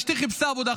אשתי חיפשה עבודה,